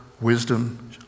wisdom